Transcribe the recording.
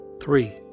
Three